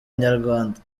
inyarwanda